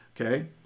Okay